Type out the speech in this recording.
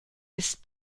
ist